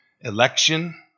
election